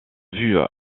vue